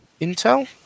Intel